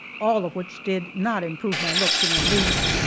all of which did not improve my looks in the least,